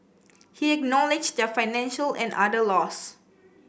he acknowledged their financial and other loss